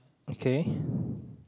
okay